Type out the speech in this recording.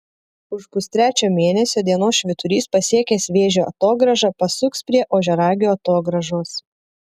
už pustrečio mėnesio dienos švyturys pasiekęs vėžio atogrąžą pasuks prie ožiaragio atogrąžos